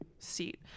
seat